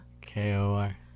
K-O-R